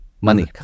money